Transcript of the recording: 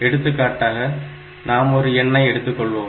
எடுத்துக்காட்டாக நாம் ஒரு எண்ணை எடுத்துக்கொள்வோம்